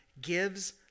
gives